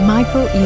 Michael